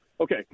Okay